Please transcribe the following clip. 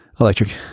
Electric